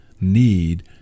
need